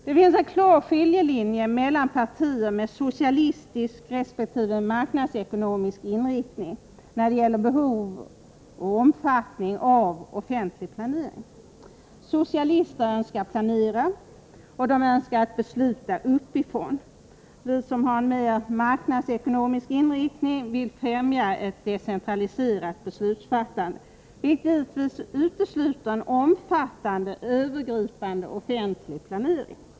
Det finns en klar skiljelinje mellan partier med socialistisk resp. marknadsekonomisk inriktning när det gäller behov, inriktning och omfattning av offentlig planering. Socialister önskar planera och besluta uppifrån. Vi som har mer marknadsekonomisk inriktning vill främja ett decentraliserat beslutsfattande, vilket givetvis utesluter en omfattande övergripande offentlig planering.